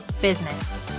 business